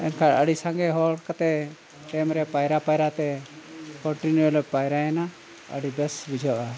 ᱮᱱᱠᱷᱟᱱ ᱟᱹᱰᱤ ᱥᱟᱸᱜᱮ ᱦᱚᱲ ᱠᱟᱛᱮᱫ ᱰᱮᱢ ᱨᱮ ᱯᱟᱭᱨᱟ ᱯᱟᱭᱨᱟ ᱛᱮ ᱠᱚᱱᱴᱤᱱᱤᱭᱩ ᱞᱮ ᱯᱟᱭᱨᱟᱭᱮᱱᱟ ᱟᱹᱰᱤ ᱵᱮᱥ ᱵᱩᱡᱷᱟᱹᱜᱼᱟ